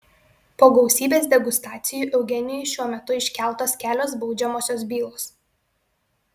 po gausybės degustacijų eugenijui šiuo metu iškeltos kelios baudžiamosios bylos